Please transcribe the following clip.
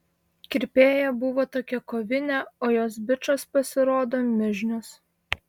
kirpėja buvo tokia kovinė o jos bičas pasirodo mižnius